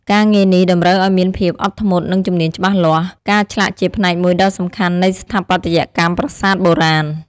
ការងារនេះតម្រូវឱ្យមានភាពអត់ធ្មត់ និងជំនាញច្បាស់លាស់ ការឆ្លាក់ជាផ្នែកមួយដ៏សំខាន់នៃស្ថាបត្យកម្មប្រាសាទបុរាណ។